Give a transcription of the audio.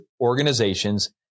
organizations